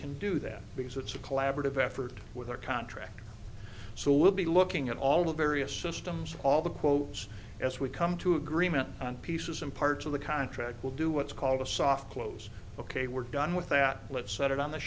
can do that because it's a collaborative effort with our contract so we'll be looking at all the various systems all the quotes as we come to agreement on pieces and parts of the contract will do what's called a soft clothes ok we're done with that let's set it on the